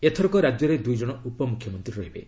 ଏଥରକ ରାଜ୍ୟରେ ଦୁଇ ଜଣ ଉପମୁଖ୍ୟମନ୍ତ୍ରୀ ରହିବେ